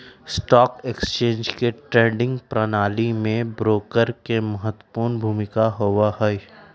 stock exchange के trading प्रणाली में ब्रोकर के महत्वपूर्ण भूमिका होबा हई